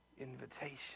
invitation